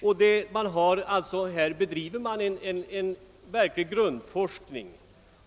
Här bedrivs alltså en grundforskning.